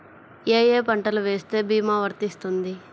ఏ ఏ పంటలు వేస్తే భీమా వర్తిస్తుంది?